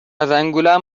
زنگولم